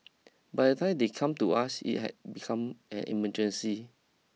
by the time they come to us it had become an emergency